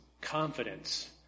confidence